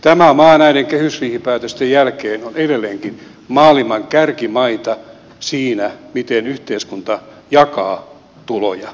tämä maa näiden kehysriihipäätösten jälkeen on edelleenkin maailman kärkimaita siinä miten yhteiskunta jakaa ja tasoittaa tuloja